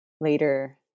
later